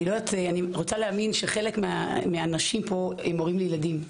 אני רוצה להאמין שחלק מהאנשים פה הם הורים לילדים.